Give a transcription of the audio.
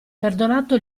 perdonato